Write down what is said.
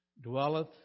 dwelleth